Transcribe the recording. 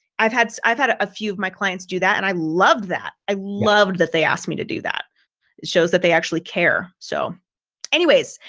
i've had, so i've had a few of my clients do that. and i love that, i love that they asked me to do that. it shows that they actually care. so anyways,